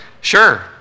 Sure